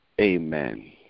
Amen